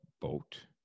boat